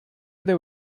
there